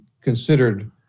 considered